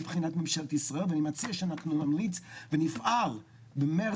מבחינת ממשלת ישראל ואני מציע שאנחנו נמליץ ונפעל במרץ,